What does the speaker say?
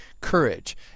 courage